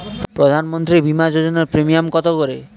প্রধানমন্ত্রী বিমা যোজনা প্রিমিয়াম কত করে?